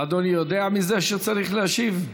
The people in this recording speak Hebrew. אדוני יודע מזה שצריך להשיב?